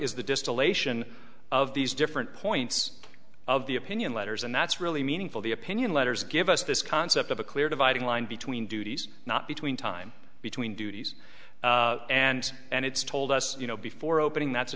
distillation of these different points of the opinion letters and that's really meaningful the opinion letters give us this concept of a clear dividing line between duties not between time between duties and and it's told us you know before opening that's